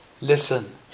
Listen